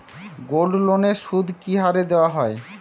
গোল্ডলোনের সুদ কি হারে দেওয়া হয়?